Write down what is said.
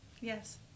Yes